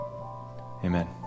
Amen